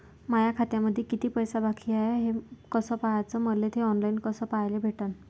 माया खात्यामंधी किती पैसा बाकी हाय कस पाह्याच, मले थे ऑनलाईन कस पाह्याले भेटन?